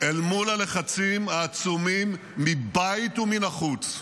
מול הלחצים העצומים מבית ומן החוץ.